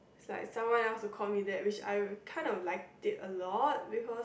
like someone else to call me that which I can't of like it a lot because